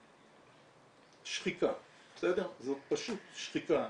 שחיקה, זו פשוט שחיקה.